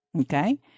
Okay